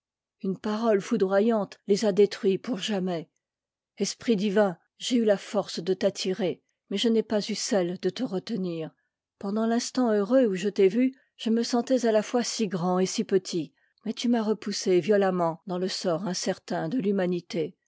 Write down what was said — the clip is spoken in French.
une parole foudroyante les a détruits pour jamais esprit divin j'ai eu la force de t'attirer mais je n'ai pas eu celle de te retenir pendant linstant heureux où je t'ai vu je me sentais à la fois si grand et si petit mais tu m'as repoussé violeiiiment dans le sort incertain de t'humanité